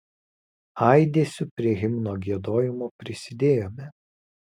aidesiu prie himno giedojimo prisidėjome